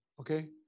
okay